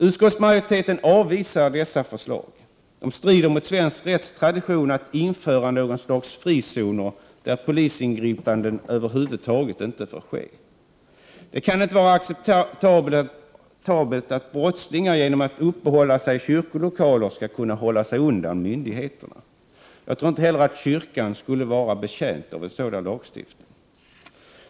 Utskottsmajoriteten avvisar dessa förslag. Det strider mot svensk rättstradition att införa några slags frizoner där polisingripanden över huvud taget inte får ske. Det kan inte vara acceptabelt att brottslingar genom att uppehålla sig i kyrkolokaler skall kunna hålla sig undan myndigheterna. Jag tror inte heller kyrkan skulle vara betjänt av en sådan lagstiftning.